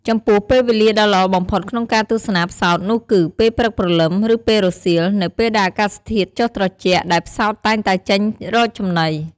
ចំពោះពេលវេលាដ៏ល្អបំផុតក្នុងការទស្សនាផ្សោតនោះគឺ ពេលព្រឹកព្រលឹម ឬពេលរសៀល នៅពេលដែលអាកាសធាតុចុះត្រជាក់ ដែលផ្សោតតែងតែចេញរកចំណី ។